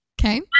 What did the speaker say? Okay